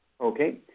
Okay